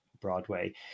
Broadway